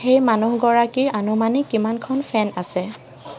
সেই মানুহগৰাকীৰ আনুমানিক কিমানখন ফেন আছে